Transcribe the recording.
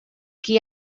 qui